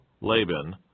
Laban